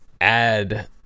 add